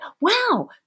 wow